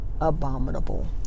abominable